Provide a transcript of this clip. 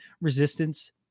resistance